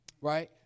Right